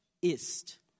ist